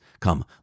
Come